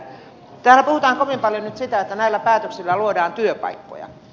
täällä puhutaan kovin paljon nyt siitä että näillä päätöksillä luodaan työpaikkoja